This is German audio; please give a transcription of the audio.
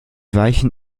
weichen